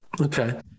Okay